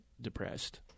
Depressed